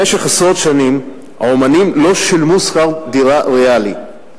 במשך עשרות שנים האמנים לא שילמו שכר דירה ריאלי.